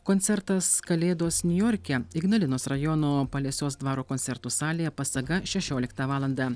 koncertas kalėdos niujorke ignalinos rajono palėsios dvaro koncertų salėje pasaga šešioliką valandą